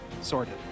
sorted